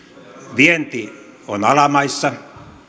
vienti on alamaissa